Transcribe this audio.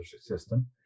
system